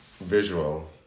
visual